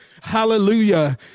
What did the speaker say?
Hallelujah